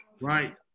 right